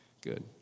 Good